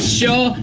sure